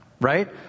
right